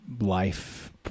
life